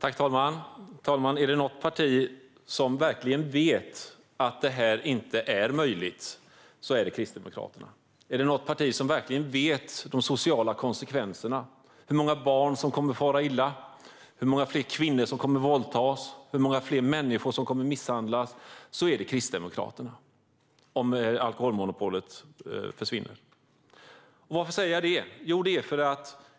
Herr talman! Är det något parti som verkligen vet att detta inte är möjligt så är det Kristdemokraterna. Är det något parti som verkligen känner till de sociala konsekvenserna om alkoholmonopolet försvinner - hur många barn som kommer att fara illa, hur många fler kvinnor som kommer att våldtas och hur många fler människor som kommer att misshandlas - så är det Kristdemokraterna. Varför säger jag detta? Jo,